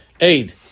aid